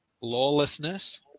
lawlessness